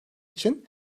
için